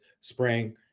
spring